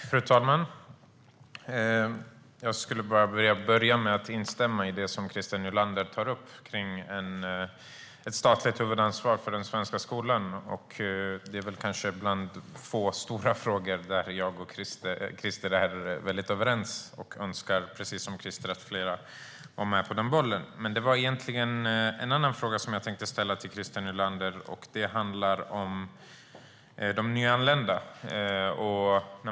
Fru talman! Jag vill börja med att instämma i det som Christer Nylander tar upp när det gäller statligt huvudansvar för den svenska skolan. Det är kanske en av få stora frågor där jag och Christer är överens. Jag önskar, precis som Christer, att fler var med på den bollen. Jag vill ställa en fråga om något annat till Christer Nylander. Det handlar om de nyanlända.